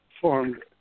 formed